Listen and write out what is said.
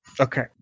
Okay